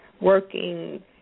working